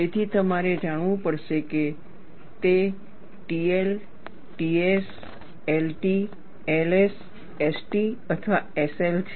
તેથી તમારે જાણવું પડશે કે તે TL TS LT LS ST અથવા SL છે